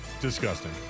Disgusting